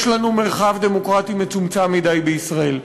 יש לנו מרחב דמוקרטי מצומצם מדי בישראל,